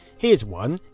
here's one,